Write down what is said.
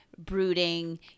brooding